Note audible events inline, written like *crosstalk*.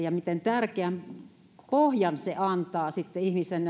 *unintelligible* ja miten tärkeän pohjan se sitten antaa ihmisen *unintelligible*